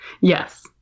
Yes